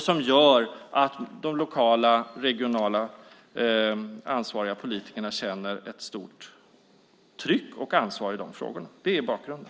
Det gör att de lokala och regionala ansvariga politikerna känner ett stort tryck och ansvar i frågorna. Det är bakgrunden.